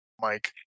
Mike